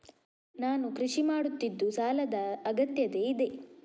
ನಾನು ಕೃಷಿ ಮಾಡುತ್ತಿದ್ದು ಸಾಲದ ಅಗತ್ಯತೆ ಇದೆ?